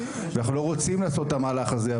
אנחנו לא רוצים לעשות את המהלך הזה,